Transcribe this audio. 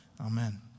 Amen